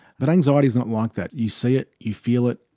but anxiety is not like that. you see it, you feel it,